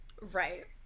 Right